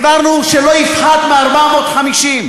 העברנו, שלא יפחת מ-450.